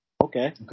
Okay